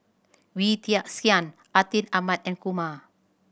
Wee Tian Siak Atin Amat and Kumar